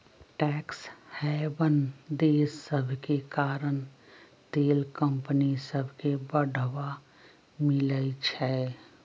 tax haven देश सभके कारण तेल कंपनि सभके बढ़वा मिलइ छै